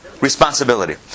responsibility